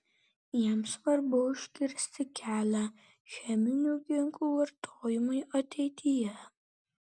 jam svarbu užkirsti kelią cheminių ginklų vartojimui ateityje